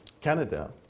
Canada